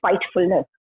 spitefulness